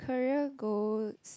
career goals